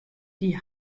die